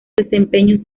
desempeño